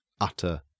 Utter